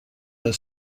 her